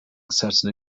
certain